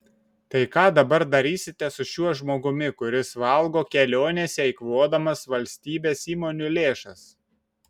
tai ką dabar darysite su šiuo žmogumi kuris valgo kelionėse eikvodamas valstybės įmonių lėšas